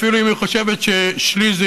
אפילו אם היא חושבת ששליש זה